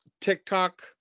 TikTok